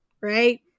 Right